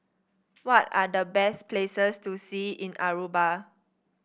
what are the best places to see in Aruba